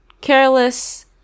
Careless